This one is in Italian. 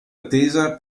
attesa